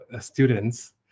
Students